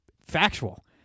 factual